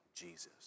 Jesus